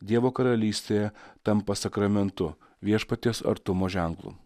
dievo karalystėje tampa sakramentu viešpaties artumo ženklu